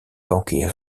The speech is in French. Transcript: banquets